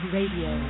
Radio